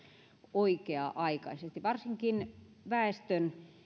oikea aikaisesti varsinkin väestön